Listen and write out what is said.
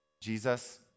Jesus